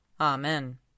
Amen